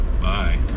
Bye